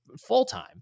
full-time